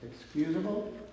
excusable